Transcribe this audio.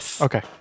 Okay